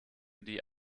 die